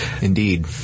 Indeed